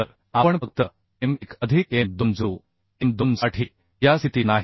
तर आपण फक्त m 1 अधिक m2 जोडू m 2 साठी या स्थितीत नाही